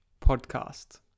Podcast